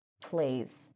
please